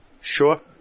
Sure